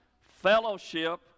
fellowship